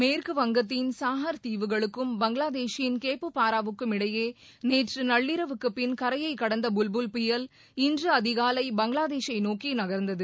மேற்கு வங்கத்தின் சாஹர் தீவுகளுக்கும் பங்களாதேஷின் கேப்புபாராவுக்கும் இடையே நேற்று நள்ளிரவுக்கு பின் கரையை கடந்த புல் புயல் இன்று அதிகாலை பங்களாதேஷை நோக்கி நகர்ந்தது